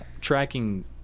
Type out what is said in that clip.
Tracking